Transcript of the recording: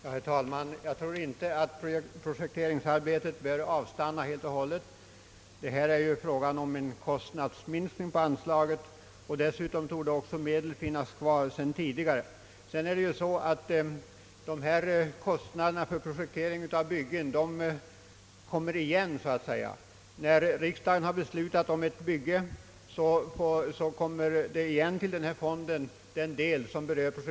Herr talman! Jag tror inte att projekteringsarbetet behöver avstanna helt och hållet. Det är ju endast fråga om en kostnadsminskning på «anslaget. Dessutom torde medel finnas kvar på tidigare anslag. Vidare är det så, att kostnaderna för projektering av byg gen så att säga kommer igen. När riksdagen beslutar om ett bygge, går ju en del av projekteringskostnaderna tillbaka till denna fond.